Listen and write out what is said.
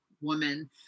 woman